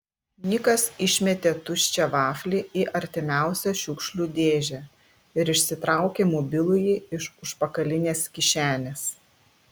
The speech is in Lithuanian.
nikas išmetė tuščią vaflį į artimiausią šiukšlių dėžę ir išsitraukė mobilųjį iš užpakalinės kišenės